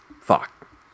fuck